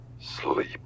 sleep